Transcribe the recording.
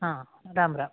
Ram Ram